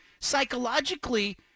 psychologically